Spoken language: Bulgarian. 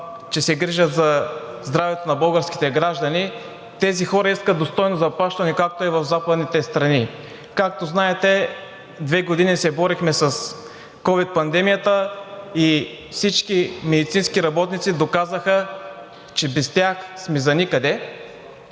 че се грижат за здравето на българските граждани. Тези хора искат достойно заплащане, както е в западните страни. Както знаете, две години се борихме с ковид пандемията и всички медицински работници доказаха, че без тях сме заникъде.